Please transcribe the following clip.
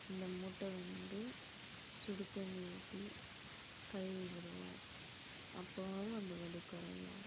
இந்த மூட்டை வந்து சுடுத்தண்ணி ஊற்றி கழுவி விடுவோம் அப்போவும் அந்த வலி குறையும்